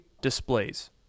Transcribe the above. displays